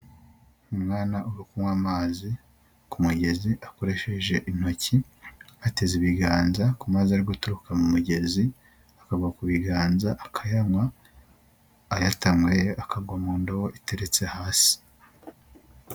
Umwana uri kunywa amazi ku mugezi akoresheje intoki, ateze ibiganza ku mazi ari guturuka mu mugezi akagwa ku biganza akayanywa, ayo atanyweye akagwa mu ndobo iteretse hasi.